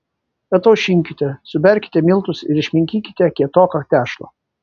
ataušinkite suberkite miltus ir išminkykite kietoką tešlą